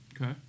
Okay